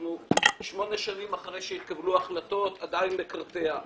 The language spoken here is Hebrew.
אנחנו שמונה שנים אחרי שהתקבלו החלטות ועדיין מקרטע.